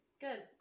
good